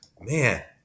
Man